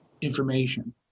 information